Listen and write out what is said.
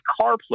CarPlay